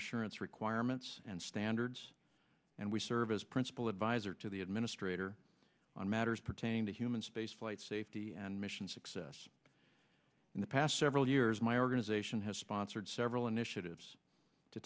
assurance requirements and standards and we serve as principal adviser to the administrator on matters pertaining to human space flight safety and mission success in the past several years my urbanisation has sponsored several initiatives to